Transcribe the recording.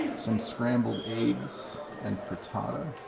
some scrambled eggs and frittata. in